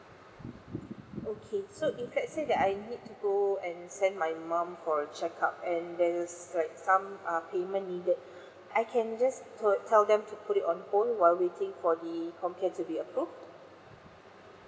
okay so if let's say that I need to go and send my mom for a check up and there's like some uh payment needed I can just go tell them to put it on hold while waiting for the comcare to be approve